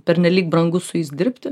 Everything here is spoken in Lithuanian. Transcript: pernelyg brangu su jais dirbti